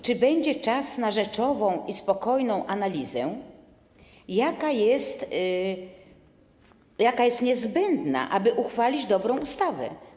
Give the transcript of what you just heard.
Czy będzie czas na rzeczową i spokojną analizę, jaka jest niezbędna, aby uchwalić dobrą ustawę?